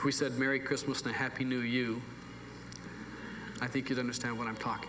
we said merry christmas and happy new you i think you'd understand what i'm talking